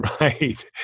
Right